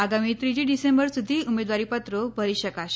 આગામી ત્રીજી ડિસેમ્બર સુધી ઉમેદવારીપત્રો ભરી શકાશે